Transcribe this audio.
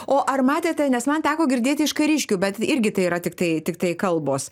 o ar matėte nes man teko girdėti iš kariškių bet irgi tai yra tiktai tiktai kalbos